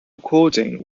recording